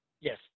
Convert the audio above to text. Yes